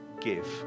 give